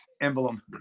emblem